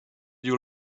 you